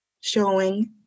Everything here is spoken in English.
showing